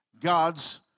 God's